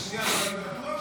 סעיפים 1 8 נתקבלו.